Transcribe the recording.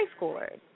schoolers